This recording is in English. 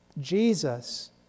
Jesus